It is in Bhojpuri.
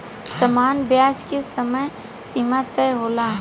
सामान्य ब्याज के समय सीमा तय होला